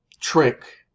trick